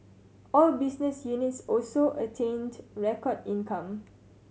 all business units also attained record income